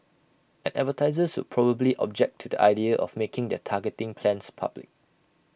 and advertisers would probably object to the idea of making their targeting plans public